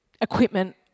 equipment